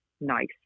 nice